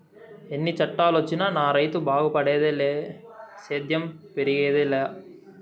ఎన్ని చట్టాలొచ్చినా నా రైతు బాగుపడేదిలే సేద్యం పెరిగేదెలా